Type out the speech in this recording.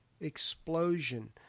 explosion